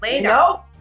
No